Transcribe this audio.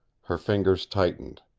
her fingers tightened.